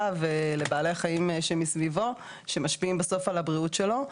ולבעלי החיים מסביבו שמשפיעים בסוף על הבריאות שלו.